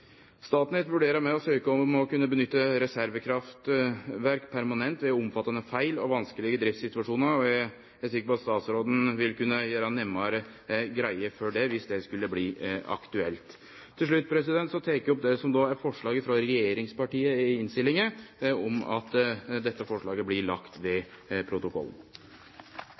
Statnett vurderer òg å søkje om å kunne nytte reservekraftverk permanent ved omfattande feil og vanskelege driftssituasjonar. Eg er sikker på at statsråden vil kunne gjere nærare greie for det, om det skulle bli aktuelt. Til slutt tek eg opp det som er forslaget frå regjeringspartia i innstillinga om at dette forslaget blir lagt ved protokollen.